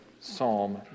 Psalm